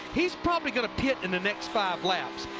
he is probably going to pet in the next five laps.